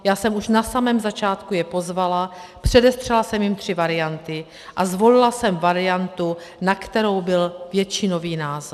Já jsem je už na samém začátku pozvala, předestřela jsem jim tři varianty a zvolila jsem variantu, na kterou byl většinový názor.